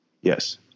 Yes